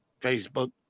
Facebook